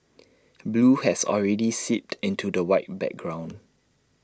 blue has already seeped into the white background